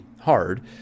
hard